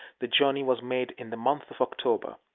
the journey was made in the month of october.